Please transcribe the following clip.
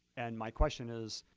and my question is,